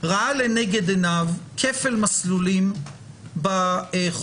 ראה לנגד עיניו כפל מסלולים בחוק,